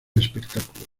espectáculo